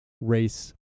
race